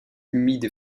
humide